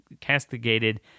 castigated